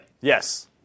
Yes